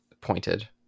pointed